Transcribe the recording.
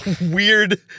weird